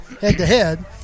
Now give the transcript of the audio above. head-to-head